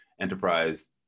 enterprise